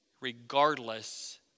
regardless